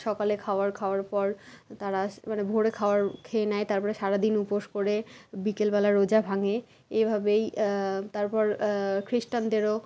সকালে খাবার খাওয়ার পর তারাস মানে ভোরে খাবার খেয়ে নেয় তারপরে সারা দিন উপোস করে বিকেলবেলা রোজা ভাঙে এইভাবেই তারপর খ্রিস্টানদেরও